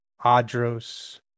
Adros